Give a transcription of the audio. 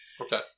Okay